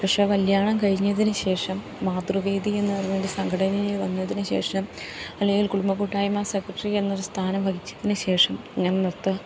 പക്ഷെ കല്ല്യാണം കഴിഞ്ഞതിനുശേഷം മാതൃവേദി എന്നു പറഞ്ഞൊരു സംഘടനയിൽ വന്നതിനു ശേഷം അല്ലെങ്കിൽ കുടുംബക്കുട്ടായ്മ സെക്രട്ടറി എന്നൊരു സ്ഥാനം വഹിച്ചതിനു ശേഷം ഞാൻ നൃത്ത